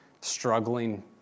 struggling